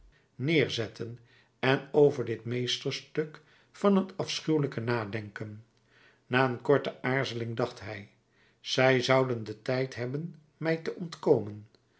neerzetten en over dit meesterstuk van het afschuwelijke nadenken na een korte aarzeling dacht hij zij zouden den tijd hebben mij te ontkomen